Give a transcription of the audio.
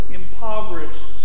impoverished